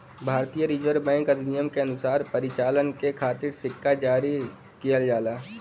भारतीय reserve bank अधिनियम के अनुसार परिचालन के खातिर सिक्का जारी किहल जाला